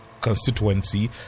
Constituency